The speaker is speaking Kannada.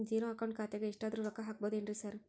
ಝೇರೋ ಅಕೌಂಟ್ ಖಾತ್ಯಾಗ ಎಷ್ಟಾದ್ರೂ ರೊಕ್ಕ ಹಾಕ್ಬೋದೇನ್ರಿ ಸಾರ್?